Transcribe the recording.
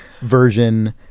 version